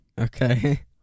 Okay